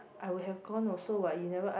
I would have gone also what you never ask